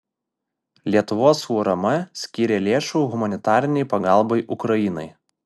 lietuvos urm skyrė lėšų humanitarinei pagalbai ukrainai